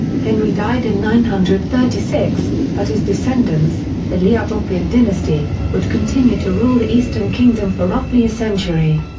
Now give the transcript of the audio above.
henry died in nine hundred and thirty six, but his descendants, the liudolfing dynasty, would continue to rule the eastern kingdom for roughly a century.